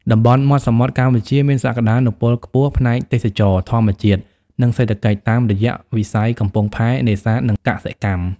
តំបន់មាត់សមុទ្រកម្ពុជាមានសក្តានុពលខ្ពស់ផ្នែក ទេសចរណ៍ ធម្មជាតិ និង សេដ្ឋកិច្ច តាមរយៈវិស័យកំពង់ផែ នេសាទ និងកសិកម្ម។